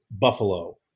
Buffalo